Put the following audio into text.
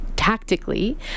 Tactically